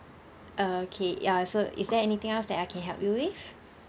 okay ya so is there anything else that I can help you with